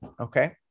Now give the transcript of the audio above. okay